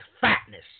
fatness